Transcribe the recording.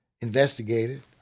investigated